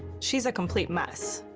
she's a complete mess,